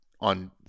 on